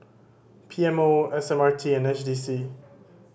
P M O S M R T and S D C